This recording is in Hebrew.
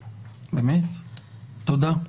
תודה.